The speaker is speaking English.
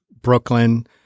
Brooklyn